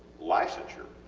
licensure.